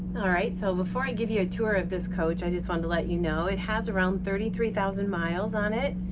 all right. so before i give you a tour of this coach, i just wanted to let you know, it has around thirty three thousand miles on it,